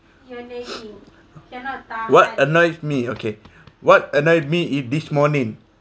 what annoys me okay what annoys me is this morning